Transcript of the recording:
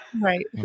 Right